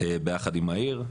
ביחד עם העיר,